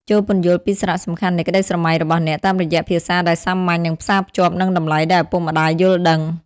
ចូរពន្យល់ពីសារៈសំខាន់នៃក្តីស្រមៃរបស់អ្នក តាមរយៈភាសាដែលសាមញ្ញ និងផ្សារភ្ជាប់នឹងតម្លៃដែលឪពុកម្តាយយល់ដឹង។